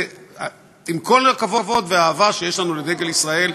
עם כל הכבוד והאהבה שיש לנו לדגל ישראל,